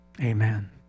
amen